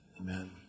Amen